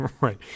Right